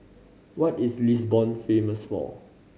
what is Lisbon famous for